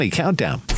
countdown